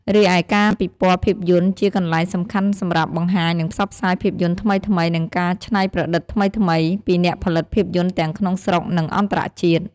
រីឯការពិព័រណ៍ភាពយន្តជាកន្លែងសំខាន់សម្រាប់ បង្ហាញ និងផ្សព្វផ្សាយភាពយន្តថ្មីៗ និងការច្នៃប្រឌិតថ្មីៗ ពីអ្នកផលិតភាពយន្តទាំងក្នុងស្រុក និងអន្តរជាតិ។